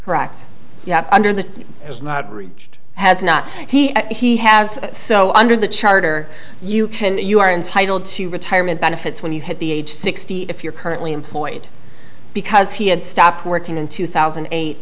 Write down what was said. correct you have under the has not reached has not he he has so i under the charter you can you are entitled to retirement benefits when you have the age sixty if you're currently employed because he had stopped working in two thousand and eight